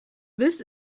this